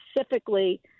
specifically